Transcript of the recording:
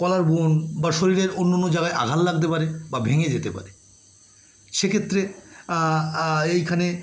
collarbone বা শরীরের অন্যান্য জায়গায় আঘাল লাগতে পারে বা ভেঙে যেতে পারে সে ক্ষেত্রে এইখানে